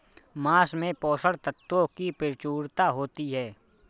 माँस में पोषक तत्त्वों की प्रचूरता होती है